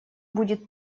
будет